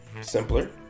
Simpler